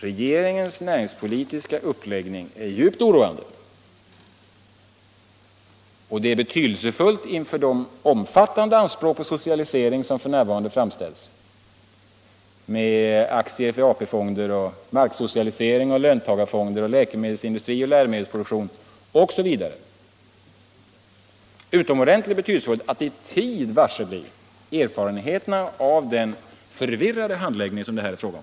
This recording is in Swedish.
Regeringens näringspolitiska uppläggning är djupt oroande. Inför de omfattande anspråken på socialisering som f. n. framställs med t.ex. aktier i AP-fonder, marksocialisering, löntagarfonder, socialisering av läkemedelsindustri och av läromedelsproduktion osv. är det utomordentligt betydelsefullt att i tid varsebli erfarenheterna av den förvirrade handläggning som det här är fråga om.